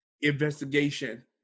investigation